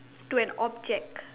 to an object